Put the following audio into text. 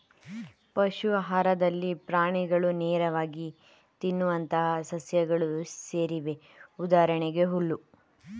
ಪಶು ಆಹಾರದಲ್ಲಿ ಪ್ರಾಣಿಗಳು ನೇರವಾಗಿ ತಿನ್ನುವಂತಹ ಸಸ್ಯಗಳು ಸೇರಿವೆ ಉದಾಹರಣೆಗೆ ಹುಲ್ಲು